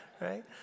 Right